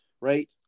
Right